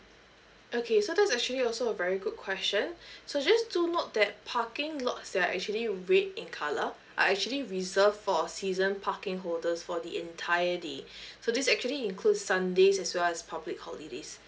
okay so that's actually also a very good question so just to note that parking lots that are actually red in colour are actually reserved for a season parking holders for the entire day so this actually include sundays as well as public holidays